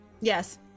Yes